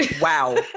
Wow